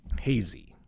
hazy